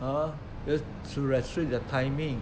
!huh! to restrict the timing